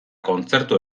kontzertu